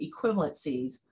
equivalencies